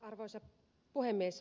arvoisa puhemies